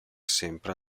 sempre